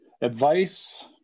advice